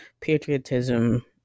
patriotism